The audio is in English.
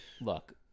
look